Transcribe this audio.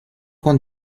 con